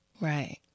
Right